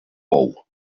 bou